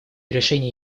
решения